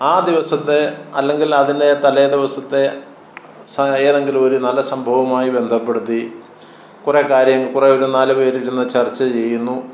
ആ ദിവസത്തെ അല്ലങ്കിൽ അതിലെ തലേ ദിവസത്തെ ഏതെങ്കിലും ഒരു നല്ല സംഭവമായി ബന്ധപ്പെടുത്തി കുറേ കാര്യം കുറേ ഒരു നാല് പേര് ഇരുന്ന് ചർച്ച ചെയ്യുന്നു